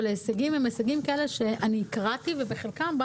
אבל הם כאלה שבחלקם,